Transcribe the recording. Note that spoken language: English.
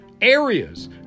areas